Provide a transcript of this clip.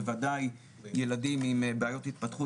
בוודאי ילדים עם בעיות התפתחות,